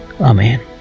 Amen